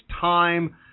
time